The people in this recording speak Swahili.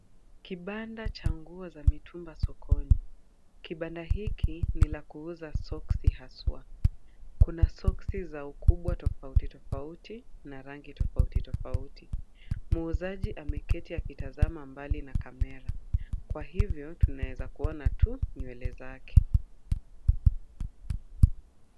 Kibanda cha nguo za mitumba sokoni. Kibanda hiki ni la kuuza soksi haswa. Kuna soksi za ukubwa tofauti tofauti, na rangi tofauti tofauti. Muuzaji ameketi akitazama mbali na kamera. Kwa hivyo tunaweza kuona tu nywele zake.